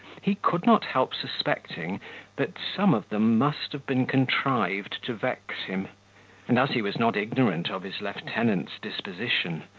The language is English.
he could not help suspecting that some of them must have been contrived to vex him and, as he was not ignorant of his lieutenant's disposition,